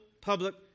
public